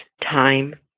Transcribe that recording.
time